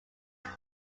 long